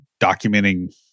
documenting